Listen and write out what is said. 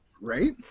right